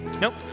Nope